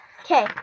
Okay